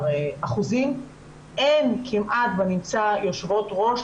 19%. אין כמעט בנמצא יושבות-ראש.